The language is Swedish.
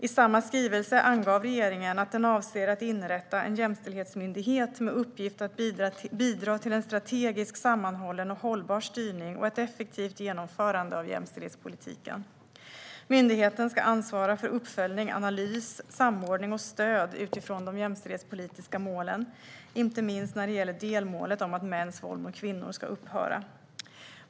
I samma skrivelse angav regeringen att den avser att inrätta en jämställdhetsmyndighet med uppgift att bidra till en strategisk, sammanhållen och hållbar styrning och ett effektivt genomförande av jämställdhetspolitiken. Myndigheten ska ansvara för uppföljning, analys, samordning och stöd utifrån de jämställdhetspolitiska målen, inte minst när det gäller delmålet om att mäns våld mot kvinnor ska upphöra.